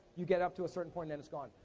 you get up to a certain point and it's gone.